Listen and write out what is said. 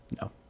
No